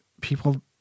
people